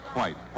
White